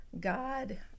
God